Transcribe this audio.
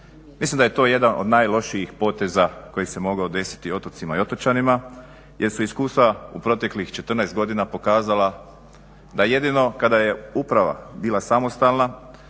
Mislim da je to jedan od najlošijih poteza koji se mogao desiti otocima i otočanima jer su iskustva u proteklih 14 godina pokazala da jedino kada je uprava bila samostalna,